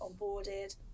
onboarded